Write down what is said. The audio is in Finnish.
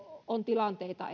on tilanteita